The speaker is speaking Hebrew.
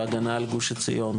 וההגנה על גוש עציון.